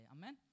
Amen